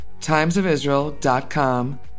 timesofisrael.com